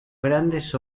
grandes